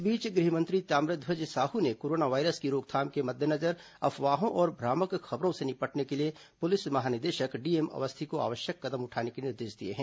इस बीच गृह मंत्री ताम्रध्वज साहू ने कोरोना वायरस की रोकथाम के मद्देनजर अफवाहों और भ्रामक खबरों से निपटने के लिए पुलिस महानिदेशक डीएम अवस्थी को आवश्यक कदम उठाने के निर्देश दिए हैं